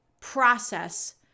process